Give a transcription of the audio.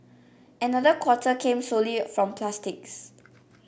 another quarter came solely from plastics